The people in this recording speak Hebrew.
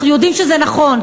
אנחנו יודעים שזה נכון,